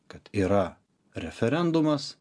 yra referendumas